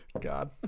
God